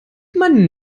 man